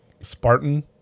Spartan